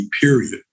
period